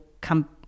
come